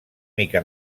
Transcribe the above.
mica